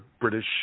British